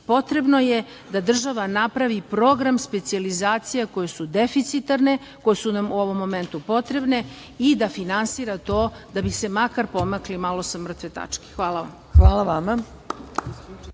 Potrebno je da država napravi program specijalizacija koje su deficitarne, koje su nam u ovom momentu potrebne i da finansira to, da bi se makar pomakli malo sa mrtve tačke. Hvala vam. **Marina